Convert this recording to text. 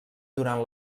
durant